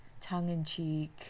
tongue-in-cheek